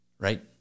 Right